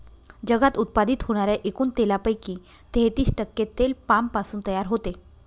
जगात उत्पादित होणाऱ्या एकूण तेलापैकी तेहतीस टक्के तेल पामपासून तयार होते